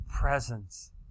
presence